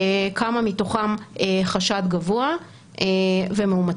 כמה מתוכם חשד גבוה ומאומתים.